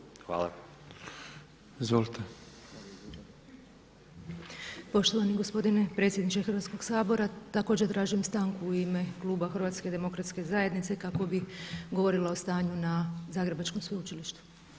Poštovani gospodine predsjedniče Hrvatskoga sabora također tražim stanku u ime Kluba HDZ-a kako bih govorila o stanju na Zagrebačkom sveučilištu.